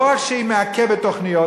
לא רק שהיא מעכבת תוכניות,